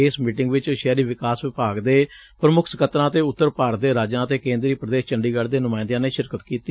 ਇਸ ਮੀਟਿੰਗ ਵਿੱਚ ਸ਼ਹਿਰੀ ਵਿਕਾਸ ਵਿਭਾਗ ਦੇ ਪ੍ਮੁੱਖ ਸਕੱਤਰਾਂ ਅਤੇ ਉਤਰ ਭਾਰਤ ਦੇ ਰਾਜਾਂ ਅਤੇ ਕੇਂਦਰੀ ਪ੍ਰਦੇਸ਼ ਚੰਡੀਗੜ ਦੇ ਨੁਮਾਇੰਦਿਆਂ ਨੇ ਸ਼ਿਰਕਤ ਕੀਤੀ